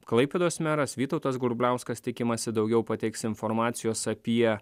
klaipėdos meras vytautas grubliauskas tikimasi daugiau pateiks informacijos apie